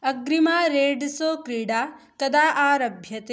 अग्रिमा रेड्सो क्रीडा कदा आरभ्यते